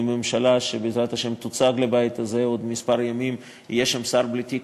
אם בממשלה שבעזרת השם תוצג לבית הזה בעוד כמה ימים יהיה שר בלי תיק,